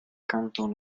canton